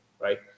right